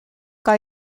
kan